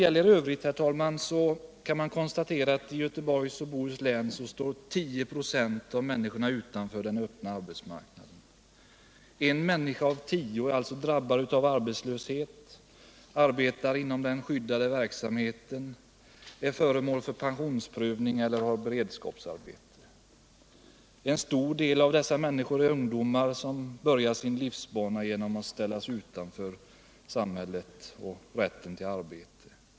I övrigt, herr talman, kan jag konstatera att i Göteborgs och Bohus län 10 96 av människorna står utanför den öppna arbetsmarknaden. En människa av tio är alltså drabbad av arbetslöshet, arbetar inom den skyddade verksamheten, är föremål för pensionsprövning eller har beredskapsarbete. En stor del av dessa människor är ungdomar, som börjar sin livsbana genom att ställas utanför samhället och rätten till arbete.